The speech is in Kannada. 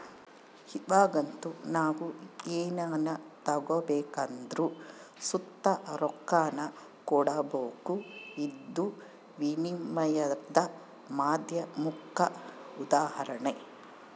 ಇವಾಗಂತೂ ನಾವು ಏನನ ತಗಬೇಕೆಂದರು ಸುತ ರೊಕ್ಕಾನ ಕೊಡಬಕು, ಇದು ವಿನಿಮಯದ ಮಾಧ್ಯಮುಕ್ಕ ಉದಾಹರಣೆ